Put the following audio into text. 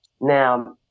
Now